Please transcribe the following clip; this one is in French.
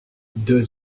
deux